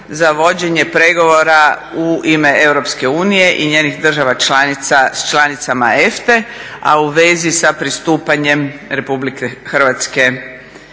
za vođenje pregovora u ime EU i njenih država članica sa članicama EFTA-e, a u vezi sa pristupanjem RH Sporazumu